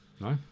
No